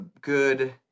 good